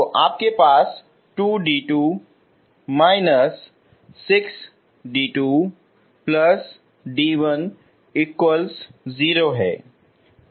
तो आपके पास 2d2−6d2d10 है